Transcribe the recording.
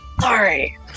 sorry